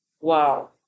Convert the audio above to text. Wow